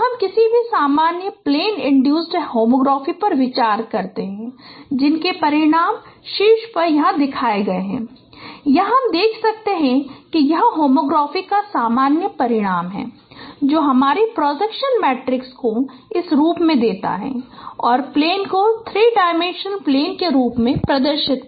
तो हम किसी भी सामान्य प्लेन इन्ड्यूसड होमोग्राफी पर विचार करते हैं जिसके परिणाम शीर्ष पर यहां दिखाए गए हैं यहां हम देख सकते हैं कि यह होमोग्राफी का सामान्य परिणाम है जो हमारे प्रोजेक्शन मैट्रिसेस को इस रूप में देता है और प्लेन को थ्री डायमेंशनल प्लेन के रूप में प्रदर्शन